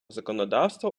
законодавства